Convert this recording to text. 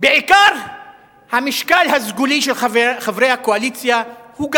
בעיקר המשקל הסגולי של חברי הקואליציה הוא גדול,